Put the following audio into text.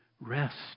Rest